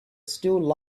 still